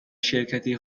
شرکتی